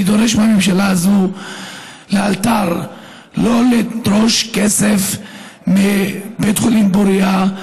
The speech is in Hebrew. אני דורש מהממשלה הזאת לאלתר לא לדרוש כסף מבית חולים פוריה.